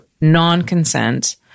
non-consent